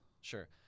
sure